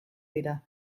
dira